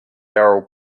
daryl